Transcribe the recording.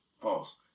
Pause